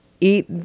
eat